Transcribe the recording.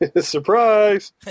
Surprise